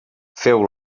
feu